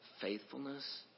faithfulness